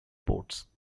ports